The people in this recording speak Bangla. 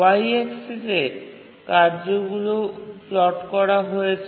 Y অ্যাক্সিসে কার্যগুলি প্লট করা হয়েছে